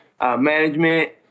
management